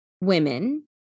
women